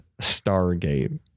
Stargate